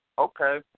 Okay